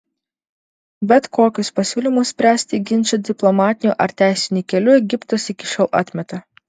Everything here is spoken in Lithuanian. bet kokius pasiūlymus spręsti ginčą diplomatiniu ar teisiniu keliu egiptas iki šiol atmeta